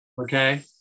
Okay